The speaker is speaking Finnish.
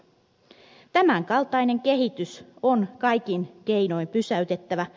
tämän kaltainen kehitys on kaikin keinoin pysäytettävä